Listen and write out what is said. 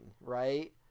right